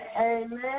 Amen